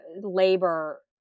labor